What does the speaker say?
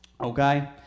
Okay